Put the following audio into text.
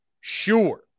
Sure